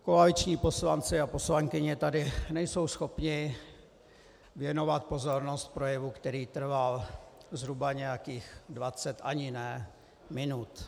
Koaliční poslanci a poslankyně tady nejsou schopni věnovat pozornost projevu, který trval zhruba nějakých dvacet ani ne minut.